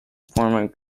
former